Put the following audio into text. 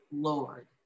Lord